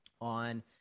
on